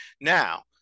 Now